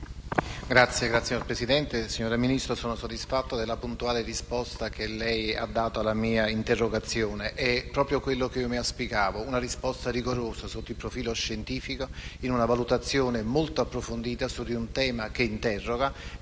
UV, PATT, UPT)-PSI-MAIE)*. Signor Ministro, sono soddisfatto della puntuale risposta che lei ha dato al mio quesito. È proprio quello che auspicavo: una risposta rigorosa sotto il profilo scientifico, in una valutazione molto approfondita su un tema che interroga